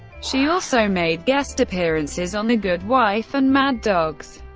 she also made guest appearances on the good wife and mad dogs.